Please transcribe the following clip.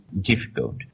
difficult